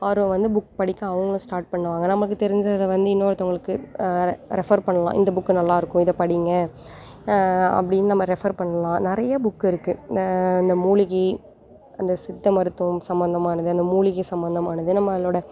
ஆர்வம் வந்து புக் படிக்க அவங்க ஸ்டார்ட் பண்ணுவாங்க நமக்கு தெரிஞ்ச இதை வந்து இன்னோருத்தவங்களுக்கு ரெஃபர் பண்ணலாம் இந்த புக் நல்லா இருக்கும் இதை படிங்க அப்படின்னு நம்ப ரெஃபர் பண்ணலாம் நிறைய புக்கு இருக்கு அந்த மூலிகை அந்த சித்த மருத்துவம் சம்மந்தமானது அந்த மூலிகை சம்மந்தமானது நம்மளோட